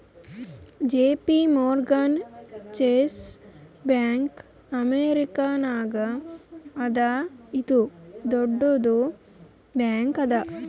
JP Morgan Chase bank ಅಮೇರಿಕಾನಾಗ್ ಅದಾ ಇದು ದೊಡ್ಡುದ್ ಬ್ಯಾಂಕ್ ಅದಾ